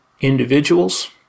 individuals